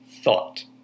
thought